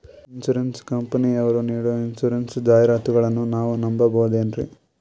Insurance ಕಂಪನಿಯರು ನೀಡೋ insurance ಜಾಹಿರಾತುಗಳನ್ನು ನಾವು ನಂಬಹುದೇನ್ರಿ?